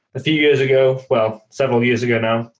a few years ago. well, several years ago now,